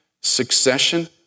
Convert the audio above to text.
succession